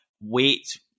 weight